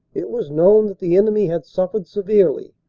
it was known that the enemy had suffered severely,